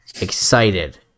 excited